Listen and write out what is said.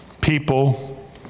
people